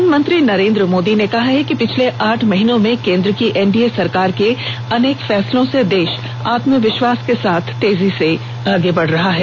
प्रधानमंत्री नरेन्द्र मोदी ने कहा है कि पिछले आठ महीने में केन्द्र की एनडीए सरकार के अनेक फैसलों से देश आत्मविश्वास के साथ तेजी से आगे बढ़ रहा है